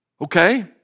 Okay